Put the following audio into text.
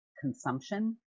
consumption